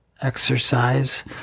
exercise